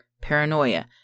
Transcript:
paranoia